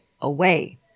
away